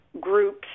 groups